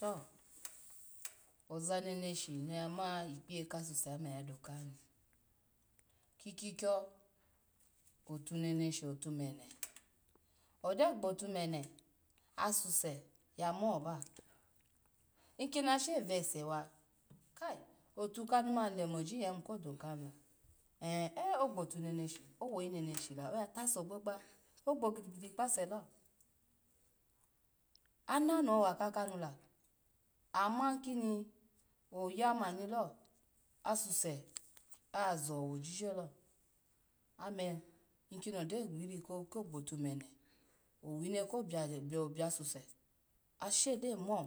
To oza neneshi noya ma ikpeye kasusu ome oya doka hini, ikikwikyo tu neneshi otu mene, ogyo gbo tu mene asuse ya moba, ny kini asha vase wa kai otu kanu ma lemoji, nyya yimu kodo kahila an eh-ogbotu neneshi owo yineneshi la oya ta se ogbogba ogbe gidigidi kpase lo anano wa kakanu la ama kino yama nilo, asuse oya zowo jije lo, ame nkino gbori ko gbotu me me owine ko bia bia asuse, ase gyo mu